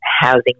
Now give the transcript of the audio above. housing